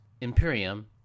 Imperium